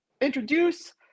introduce